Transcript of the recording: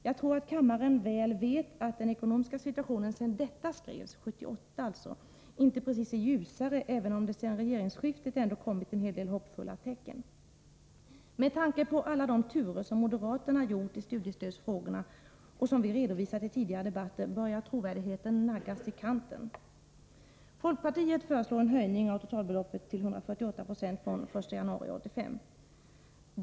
Jag tror att kammaren väl vet att den ekonomiska situationen sedan detta skrevs — alltså 1978 — inte precis blivit ljusare, även om det sedan regeringsskiftet ändå kommit en hel del hoppfulla tecken. Med tanke på alla de turer som moderaterna gjort i studiestödsfrågorna och som vi redovisat i tidigare debatter, börjar deras trovärdighet naggas i kanten. Folkpartiet föreslår en höjning av totalbeloppet till 148 96 från den 1 januari 1985.